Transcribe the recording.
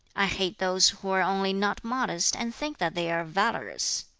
i hate those who are only not modest, and think that they are valourous.